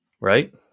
Right